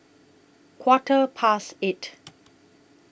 Quarter Past eight